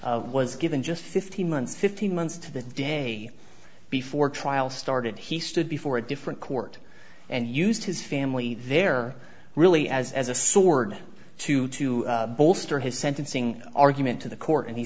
on was given just fifteen months fifteen months to the day before trial started he stood before a different court and used his family there really as as a sword to to bolster his sentencing argument to the court and he